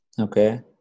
Okay